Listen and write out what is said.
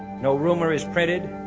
no rumor is printed,